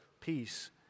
peace